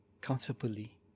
comfortably